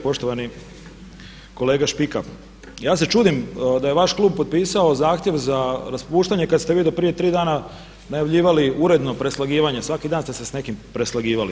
Poštovani kolega Špika ja se čudim da je vaš klub potpisao zahtjev za raspuštanje kad ste vi do prije tri dana najavljivali uredno preslagivanje, svaki dan ste se s nekim preslagivali.